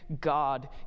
God